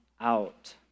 out